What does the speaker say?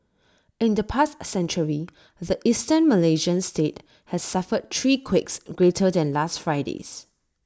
in the past century the Eastern Malaysian state has suffered three quakes greater than last Friday's